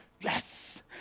Yes